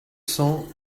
cents